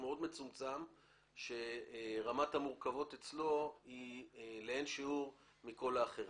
מאוד מצומצם שרמת המורכבות אצלו הוא לאין שיעור מכל האחרים.